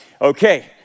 Okay